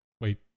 Wait